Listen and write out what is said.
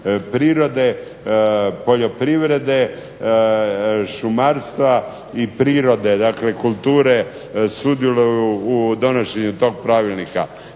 prirode, poljoprivrede, šumarstva i prirode, dakle kulture sudjeluju u donošenju tog pravilnika.